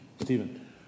Stephen